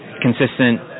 consistent